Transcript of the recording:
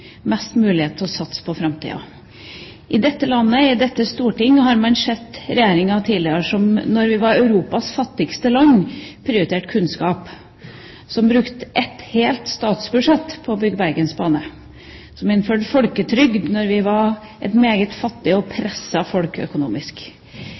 mulighet til å satse på framtida. I dette landet, i dette storting, har man sett regjeringer tidligere som da vi var Europas fattigste land, prioriterte kunnskap, som brukte et helt statsbudsjett på å bygge Bergensbanen, og som innførte folketrygd da vi var et meget fattig og